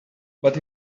but